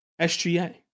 SGA